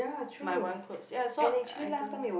my one clothes ya it's not I don't